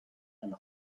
and